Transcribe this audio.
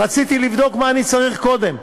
רציתי לבדוק מה אני צריך קודם,